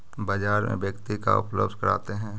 बाजार में व्यक्ति का उपलब्ध करते हैं?